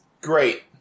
Great